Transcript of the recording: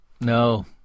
No